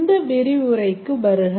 இந்த விரிவுரைக்கு வருக